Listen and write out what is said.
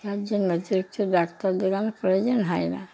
তার জন্য কিছু কিছু ডাক্তারদের আমাদের প্রয়োজন হয় না